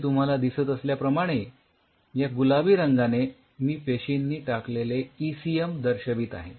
इथे तुम्हाला दिसत असल्याप्रमाणे या गुलाबी रंगाने मी पेशींनी टाकलेले ईसीएम दर्शवित आहे